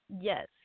Yes